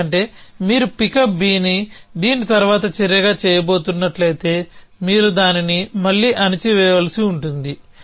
ఎందుకంటే మీరు పికప్ Bని దీని తర్వాత చర్యగా చేయబోతున్నట్లయితే మీరు దానిని మళ్లీ అణిచివేయవలసి ఉంటుంది